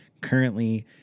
currently